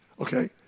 Okay